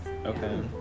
Okay